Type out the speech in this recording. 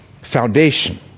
foundation